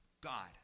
God